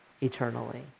eternally